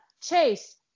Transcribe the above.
Chase